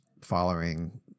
following